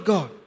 God